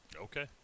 Okay